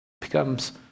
becomes